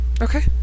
Okay